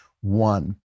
one